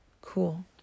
cool